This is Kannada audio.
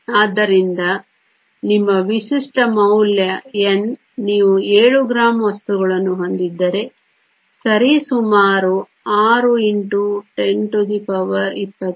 ಆದ್ದರಿಂದ ನಿಮ್ಮ ವಿಶಿಷ್ಟ ಮೌಲ್ಯ N ನೀವು ಏಳು ಗ್ರಾಂ ವಸ್ತುಗಳನ್ನು ಹೊಂದಿದ್ದರೆ ಸರಿಸುಮಾರು 6 x 1023